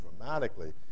dramatically